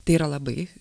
tai yra labai